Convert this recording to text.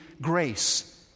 grace